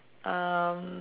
um